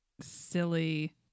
silly